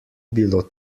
bilo